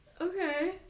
Okay